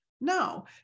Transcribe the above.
No